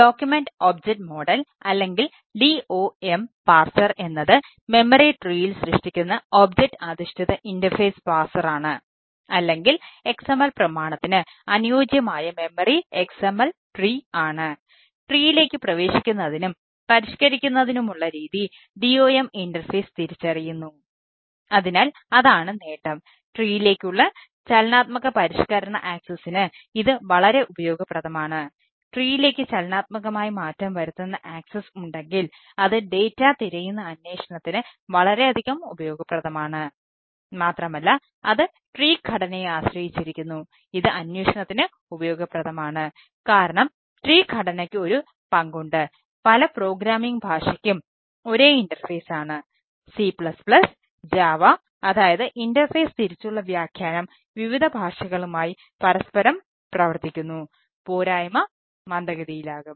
document object model തിരിച്ചുള്ള വ്യാഖ്യാനം വിവിധ ഭാഷകളുമായി പരസ്പരം പ്രവർത്തിക്കുന്നു പോരായ്മ മന്ദഗതിയിലാകും